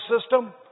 system